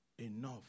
enough